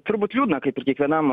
turbūt liūdna kaip ir kiekvienam